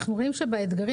כי אנחנו רואים את ההישגים,